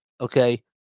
Okay